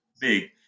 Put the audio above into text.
big